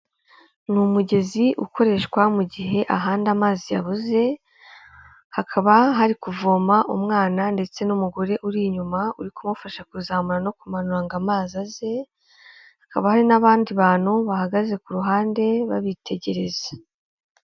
Ni umugezi ukoreshwa mu gihe ahandi amazi yabuze hakaba hari kuvoma umwana ndetse n'umugore uri inyuma uri kumufasha kuzamura no kumanu ngo amazi aze, hakaba hari n'abandi bantu bahagaze ku ruhande babitegereza.